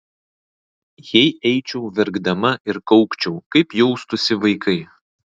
jei eičiau verkdama ir kaukčiau kaip jaustųsi vaikai